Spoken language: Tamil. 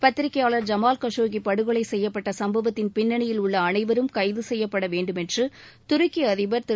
பத்திரிக்கையாளர் ஜமால் கஷோகி படுகொலை செய்யப்பட்ட சம்பவத்தின் பின்னணியில் உள்ள அனைவரும் கைது செய்யப்பட வேண்டுமென்று துருக்கி அதிபர் திரு